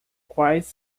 quais